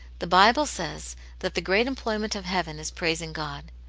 the bible says that the great employment of heaven is praising god.